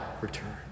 return